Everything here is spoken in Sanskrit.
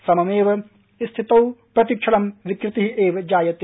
सममेव स्थितौ प्रतिक्षणं विकृति एव जायते